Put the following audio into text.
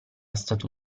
stato